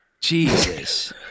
jesus